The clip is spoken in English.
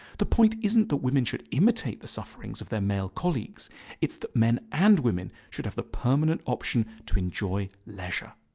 the point isn't that women should imitate the sufferings of their male colleagues it's that men and women should have the permanent option to enjoy leisure.